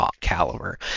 caliber